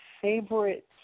favorite